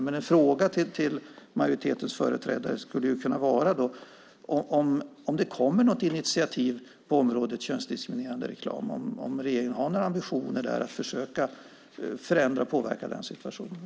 En fråga till majoritetens företrädare skulle kunna vara om det kommer något initiativ på området könsdiskriminerande reklam och om regeringen har några ambitioner att där försöka att förändra och påverka situationen.